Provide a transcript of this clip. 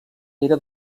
era